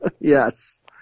Yes